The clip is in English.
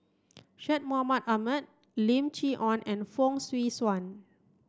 Syed Mohamed Ahmed Lim Chee Onn and Fong Swee Suan